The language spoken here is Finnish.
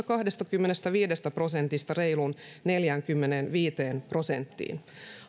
kahdestakymmenestäviidestä prosentista reiluun neljäänkymmeneenviiteen prosenttiin